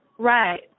Right